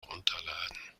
herunterladen